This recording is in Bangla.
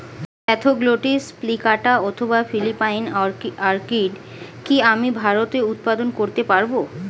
স্প্যাথোগ্লটিস প্লিকাটা অথবা ফিলিপাইন অর্কিড কি আমি ভারতে উৎপাদন করতে পারবো?